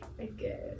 okay